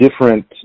different